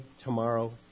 tomorrow